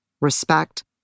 respect